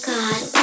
God